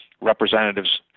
representatives